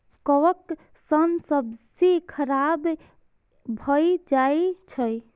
कवक सं सब्जी खराब भए जाइ छै